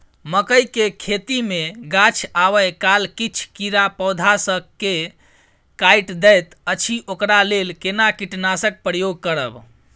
मकई के खेती मे गाछ आबै काल किछ कीरा पौधा स के काइट दैत अछि ओकरा लेल केना कीटनासक प्रयोग करब?